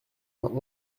vingt